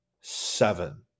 seven